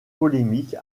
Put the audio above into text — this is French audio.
polémique